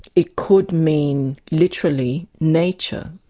it could mean literally, nature,